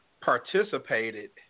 participated